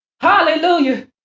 Hallelujah